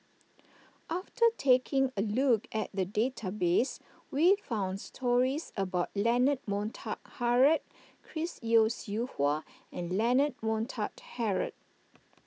after taking a look at the database we found stories about Leonard Montague Harrod Chris Yeo Siew Hua and Leonard Montague Harrod